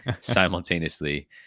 simultaneously